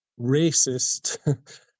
racist